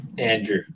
Andrew